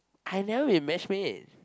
I've never been matchmake